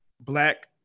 black